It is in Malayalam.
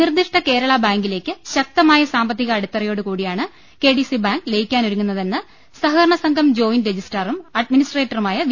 നിർദിഷ്ട കേരള ബാങ്കി ലേക്ക് ശക്തമായ സാമ്പത്തിക അടിത്തറയോടു കൂടിയാണ് കെഡിസി ബാങ്ക് ലയിക്കാനൊരുങ്ങുന്നതെന്ന് സഹകരണ സംഘം ജോയിന്റ് രജി സ്ട്രാറും അഡ്മിനിസ്ട്രേറ്ററുമായ വി